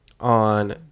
On